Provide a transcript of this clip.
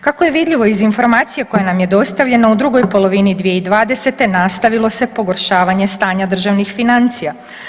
Kako je vidljivo iz informacija koje nam je dostavljeno, u drugoj polovini 2020. nastavilo se pogoršavanje stanja državnih financija.